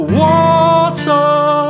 water